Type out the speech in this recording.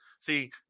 see